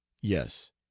yes